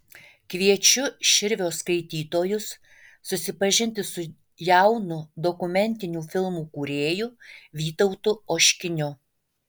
kviečiu širvio skaitytojus susipažinti su jaunu dokumentinių filmų kūrėju vytautu oškiniu